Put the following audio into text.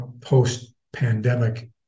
post-pandemic